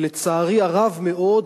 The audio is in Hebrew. ולצערי הרב מאוד,